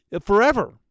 forever